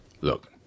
Look